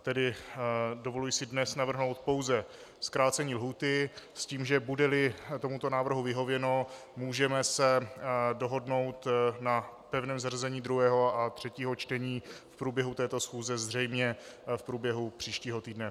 Tedy dovoluji si dnes navrhnout pouze zkrácení lhůty s tím, že budeli tomuto návrhu vyhověno, můžeme se dohodnout na pevném zařazení druhého a třetího čtení v průběhu této schůze, zřejmě v průběhu příštího týdne.